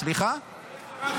מה שקרה בבית ליד ואין עצור אחד?